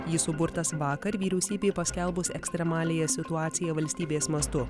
jis suburtas vakar vyriausybei paskelbus ekstremaliąją situaciją valstybės mastu